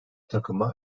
takıma